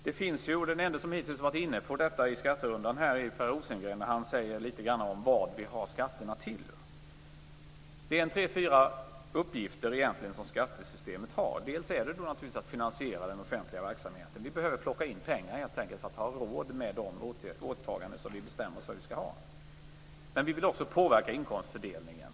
Den ende här i skatterundan som hittills har varit inne litet grand på vad vi har skatterna till är Per Rosengren. Det är egentligen tre fyra uppgifter som skattesystemet har. En uppgift är naturligtvis att finansiera den offentliga verksamheten. Vi behöver helt enkelt plocka in pengar för att ha råd med de åtaganden som vi bestämmer oss för. Vi vill också påverka inkomstfördelningen.